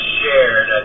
shared